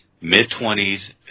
mid-twenties